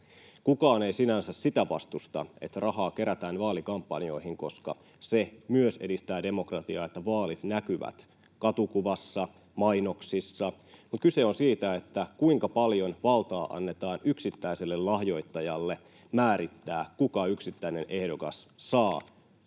Kukaan ei sinänsä sitä vastusta, että rahaa kerätään vaalikampanjoihin, koska se myös edistää demokratiaa, että vaalit näkyvät katukuvassa, mainoksissa, mutta kyse on siitä, kuinka paljon valtaa annetaan yksittäiselle lahjoittajalle määrittää, kuka yksittäinen ehdokas saa